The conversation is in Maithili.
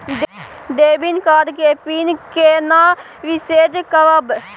डेबिट कार्ड के पिन केना रिसेट करब?